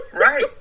Right